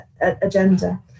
agenda